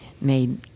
made